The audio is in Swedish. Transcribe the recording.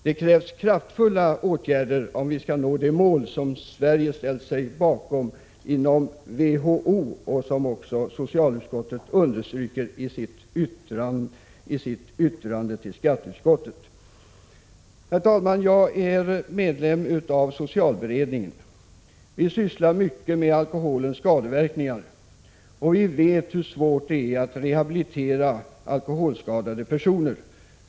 Det krävs kraftfulla åtgärder om vi skall nå det mål som Sverige ställt sig bakom inom WHO, och det understryker också socialutskottet i sitt yttrande till skatteutskottet. Herr talman! Jag är medlem av socialberedningen. Vi sysslar mycket med alkoholens skadeverkningar. Vi vet hur svårt det är att rehabilitera alkoholskadade personer.